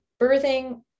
birthing